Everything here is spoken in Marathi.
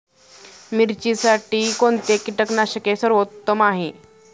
मिरचीसाठी कोणते कीटकनाशके सर्वोत्तम आहे?